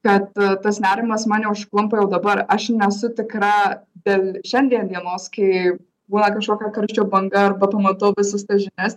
kad tas nerimas mane užklumpa jau dabar aš nesu tikra dėl šiandien dienos kai būna kažkokia karščio banga arba pamatau visus tas žinias